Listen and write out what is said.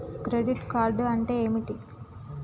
Credit card అంటే ఏమిటి?